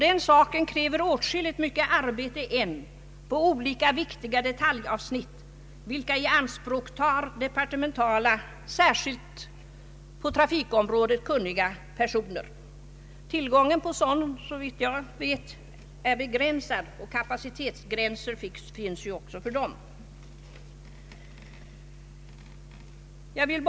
Den saken kräver åtskilligt arbete under en tid framöver på olika viktiga detaljavsnitt vilka ianspråktar departementala särskilt på trafikområdet kunniga personer. Tillgången på sådana är såvitt jag vet begränsad, och det finns ju kapacitetsgränser också för dem. Herr talman!